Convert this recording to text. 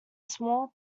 small